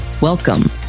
Welcome